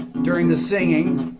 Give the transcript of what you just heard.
during the singing